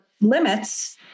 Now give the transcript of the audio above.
limits